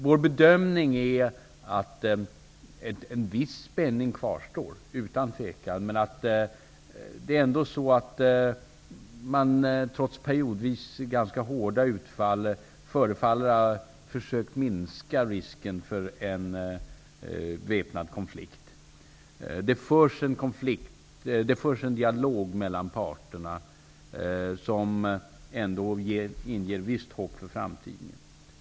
Vår bedömning är att en viss spänning utan tvivel kvarstår. Trots periodvis ganska hårda utfall förefaller man ändå ha försökt minska risken för en väpnad konflikt. Det förs en dialog mellan parterna som inger visst hopp för framtiden.